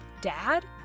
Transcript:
Dad